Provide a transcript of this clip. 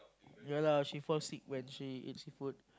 ya lah she fall sick when she eat seafood